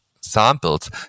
samples